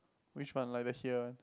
which one like the here